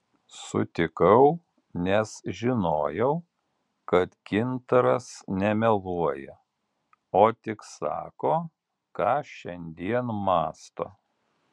sutikau nes žinojau kad gintaras nemeluoja o tik sako ką šiandien mąsto